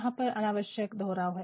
यहाँ पर अनावश्यक दोहराव है